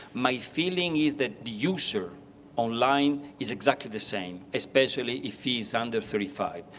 my feeling is that the user online is exactly the same, especially if he's under thirty five.